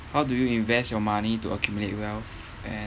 how do you invest your money to accumulate wealth